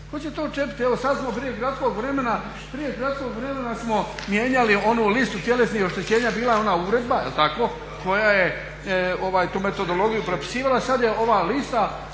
tko će to odčepiti? Evo sad smo prije kratkog vremena mijenjali onu listu tjelesnih oštećenja, bila je ona uredba jel' tako koja je tu metodologiju propisivala i sad je ova lista